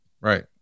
Right